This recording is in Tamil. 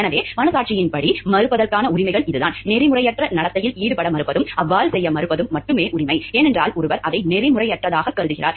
எனவே மனசாட்சியின்படி மறுப்பதற்கான உரிமைகள் இதுதான் நெறிமுறையற்ற நடத்தையில் ஈடுபட மறுப்பதும் அவ்வாறு செய்ய மறுப்பதும் மட்டுமே உரிமை ஏனென்றால் ஒருவர் அதை நெறிமுறையற்றதாகக் கருதுகிறார்